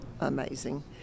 amazing